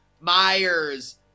myers